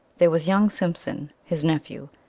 there was young simpson, his nephew,